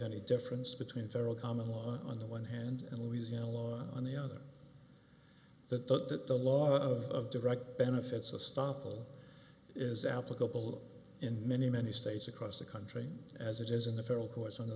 any difference between federal common law on the one hand and louisiana law on the other that the law of direct benefits of stoppel is applicable in many many states across the country as it is in the federal courts on